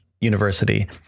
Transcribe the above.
University